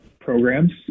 programs